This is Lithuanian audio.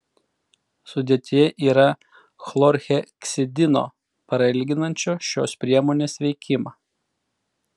sudėtyje yra chlorheksidino prailginančio šios priemonės veikimą